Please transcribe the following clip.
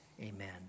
Amen